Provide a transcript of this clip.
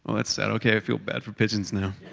that's sad. okay, i feel bad for pigeons now.